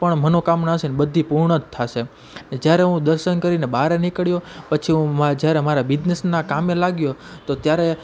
પણ મનોકામના હશે ને બધી પૂર્ણ જ થશે ને જ્યારે હું દર્શન કરીને બહારે નીકળ્યો પછી હું જ્યારે મારા બિઝનેસનાં કામે લાગ્યો તો ત્યારે